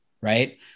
right